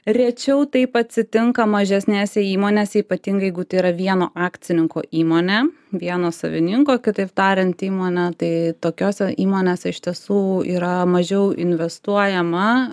rečiau taip atsitinka mažesnėse įmonėse ypatingai jeigu tai yra vieno akcininko įmonė vieno savininko kitaip tariant įmonė tai tokiose įmonėse iš tiesų yra mažiau investuojama